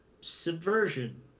Subversion